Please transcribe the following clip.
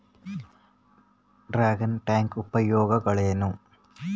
Dragon tank ಉಪಯೋಗಗಳೇನು?